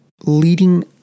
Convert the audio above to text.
leading